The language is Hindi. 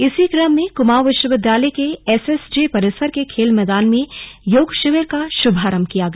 इसी क्रम में कुमाऊं विश्वविद्यालय के एसएस जे परिसर के खेल मैदान में योग शिविर का शुभांरभ किया गया